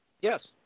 Yes